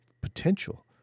potential